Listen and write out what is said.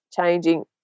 changing